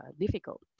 difficult